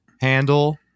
handle